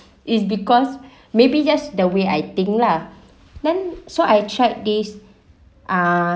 is because maybe just the way I think lah then so I checked this